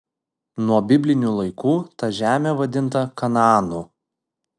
nuo biblinių laikų ta žemė vadinta kanaanu